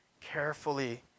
carefully